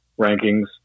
rankings